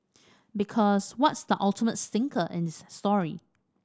because what's the ultimate stinker in its story